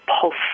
pulse